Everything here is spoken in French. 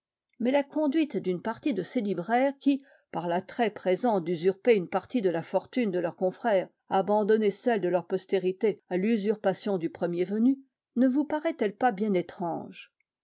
mais la conduite d'une partie de ces libraires qui par l'attrait présent d'usurper une partie de la fortune de leurs confrères abandonnait celle de leur postérité à l'usurpation du premier venu ne vous paraît-elle pas bien étrange